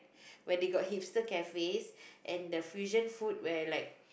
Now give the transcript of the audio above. where they got hipster cafes and the fusion food where like